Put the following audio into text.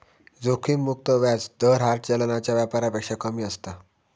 जोखिम मुक्त व्याज दर हार्ड चलनाच्या व्यापारापेक्षा कमी असता